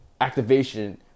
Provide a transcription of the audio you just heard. activation